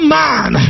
man